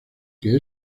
que